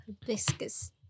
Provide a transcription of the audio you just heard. Hibiscus